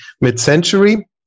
mid-century